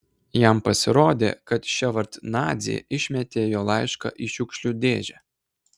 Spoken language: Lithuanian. jam pasirodė kad ševardnadzė išmetė jo laišką į šiukšlių dėžę